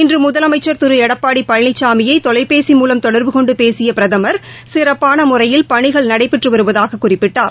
இன்றுமுதலமைச்ச் திருளடப்பாடிபழனிசாமியைதொலைபேசி மூவம் தொடர்பு கொண்டுபேசியபிரதம் சிறப்பானமுறையில் பணிகள் நடைபெற்றுவருவதாகக் குறிப்பிட்டார்